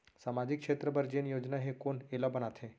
सामाजिक क्षेत्र बर जेन योजना हे कोन एला बनाथे?